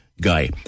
Guy